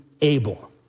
able